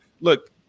Look